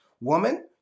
Woman